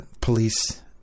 police